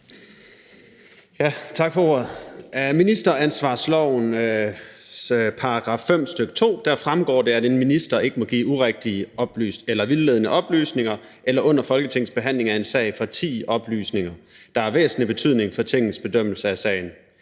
(V): Tak for ordet. Af ministeransvarslovens § 5, stk. 2, fremgår det, at en minister ikke må give urigtige eller vildledende oplysninger eller under Folketingets behandling af en sag fortie oplysninger, der er af væsentlig betydning for Tingets bedømmelse af sagen.